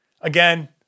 Again